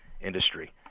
industry